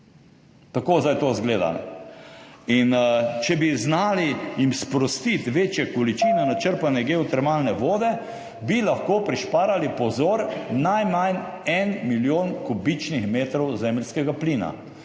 Tako zdaj to izgleda. Če bi jim znali sprostiti večje količine načrpane geotermalne vode, bi lahko prihranili, pozor, najmanj en milijon kubičnih metrov zemeljskega plina.